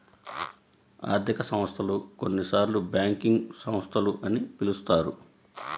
ఆర్థిక సంస్థలు, కొన్నిసార్లుబ్యాంకింగ్ సంస్థలు అని పిలుస్తారు